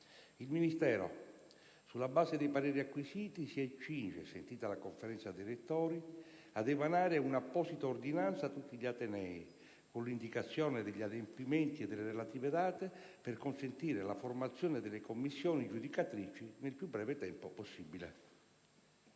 Il Ministero, sulla base dei pareri acquisiti, si accinge, sentita la Conferenza dei rettori, ad emanare un'apposita ordinanza a tutti gli atenei con l'indicazione degli adempimenti e delle relative date, per consentire la formazione delle commissioni giudicatrici nel più breve tempo possibile.